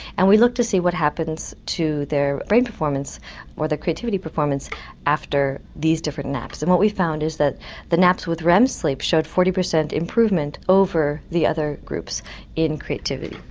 and we looked to see what happens to their brain performance or their creativity performance after these different naps. and what we found is that the naps with rem sleep showed forty percent improvement over the other groups in creativity.